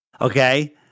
okay